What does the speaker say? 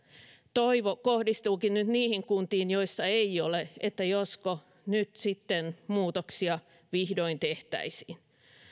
toivo kohdistuukin nyt niihin kuntiin joissa ei ole josko nyt sitten muutoksia vihdoin tehtäisiin